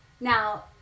Now